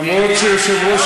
למרות שיושב-ראש